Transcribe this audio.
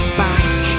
back